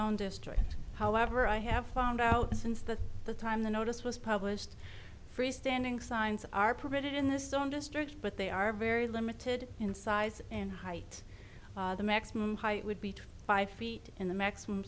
zone district however i have found out since the the time the notice was published freestanding signs are permitted in the stone districts but they are very limited in size and height the maximum height would be five feet in the maximum